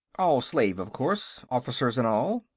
all slave, of course, officers and all.